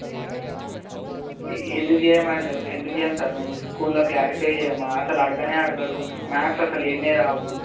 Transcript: ఎందుకు చేయం అండి ఎందుకు చేయం సార్ మేము స్కూల్లో క్లారిఫై చేయమా అసలు అడగనే అడగడు మాథ్స్ అసలు ఏమి రావు